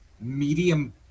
medium